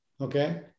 okay